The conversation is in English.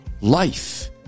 life